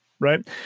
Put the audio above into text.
right